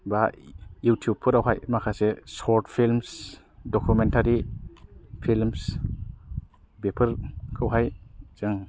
बा इउटुब फोरावहाय माखासे सर्ट फिल्मस दखुमेनटारि फिल्मस बेफोरखौ हाय जों